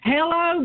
Hello